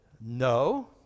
no